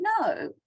no